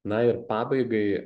na ir pabaigai